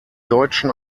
deutschen